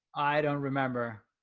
i don't remember.